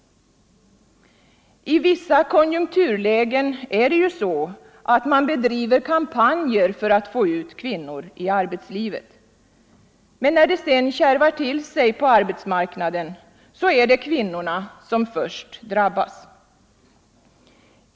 I vissa konjunkturlägen bedrivs kampanjer för att få ut kvinnor i arbetslivet. Men när det sedan kärvar till sig på arbetsmarknaden, är det kvinnorna som först drabbas.